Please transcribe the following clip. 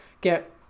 get